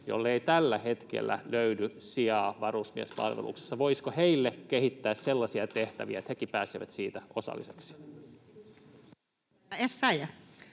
joille ei tällä hetkellä löydy sijaa varusmiespalveluksesta, ja voisiko heille kehittää sellaisia tehtäviä, että hekin pääsevät siitä osalliseksi?